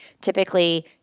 typically